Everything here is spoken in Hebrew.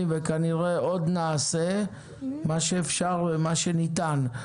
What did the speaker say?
וכנראה עוד נעשה מה שאפשר ומה שניתן.